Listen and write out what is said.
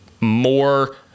more